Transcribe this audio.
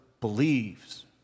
believes